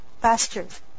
pastures